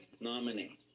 nominee